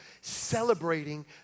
celebrating